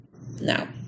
Now